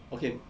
okay